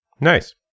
Nice